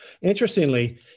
interestingly